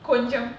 கொஞ்சம்:konjam